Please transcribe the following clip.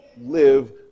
live